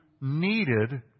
needed